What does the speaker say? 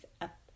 up